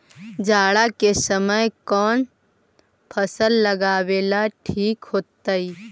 जाड़ा के समय कौन फसल लगावेला ठिक होतइ?